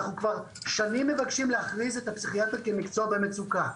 אנחנו כבר שנים מבקשים להכריז על הפסיכיאטריה כמקצוע במצוקה.